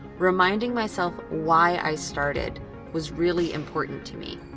reminding myself why i started was really important to me.